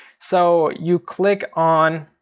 so you click on,